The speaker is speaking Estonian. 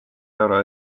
euro